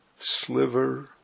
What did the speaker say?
sliver